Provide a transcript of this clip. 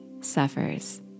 suffers